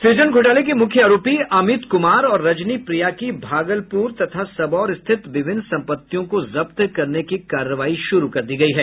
सुजन घोटाले के मुख्य आरोपी अमित कुमार और रजनी प्रिया की भागलप्र और सबौर स्थित विभिन्न संपत्तियों को जब्त करने की कार्रवाई शुरू कर दी गयी है